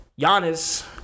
Giannis